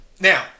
Now